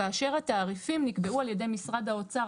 כאשר התעריפים נקבעו על ידי משרד האוצר,